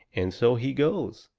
and so he goes.